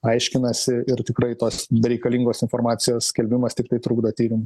aiškinasi ir tikrai tos bereikalingos informacijos skelbimas tiktai trukdo tyrimui